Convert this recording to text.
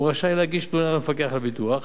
הוא רשאי להגיש תלונה למפקח על הביטוח,